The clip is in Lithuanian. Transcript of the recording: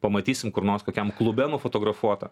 pamatysim kur nors kokiam klube nufotografuotą